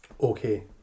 Okay